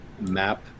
Map